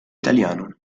italiano